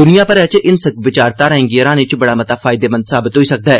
दुनिया भरै च हिंसक विचारधाराएं गी हराने च बड़ा मता फायदेमंद साबत होई सकदा ऐ